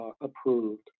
approved